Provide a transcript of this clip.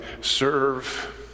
serve